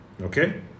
Okay